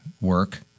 work